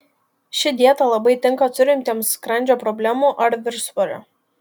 ši dieta labai tinka turintiems skrandžio problemų ar viršsvorio